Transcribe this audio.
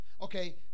Okay